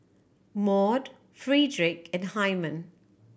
Maude Frederic and Hyman